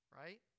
Right